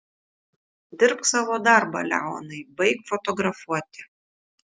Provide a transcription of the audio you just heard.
dirbk savo darbą leonai baik fotografuoti